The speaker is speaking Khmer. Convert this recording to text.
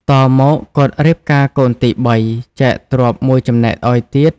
តមក គាត់រៀបការកូនទី ៣ ចែកទ្រព្យ ១ចំណែកឱ្យទៀត ។